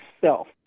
self